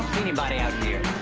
anybody out here.